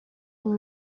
been